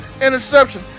interception